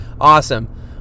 awesome